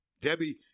Debbie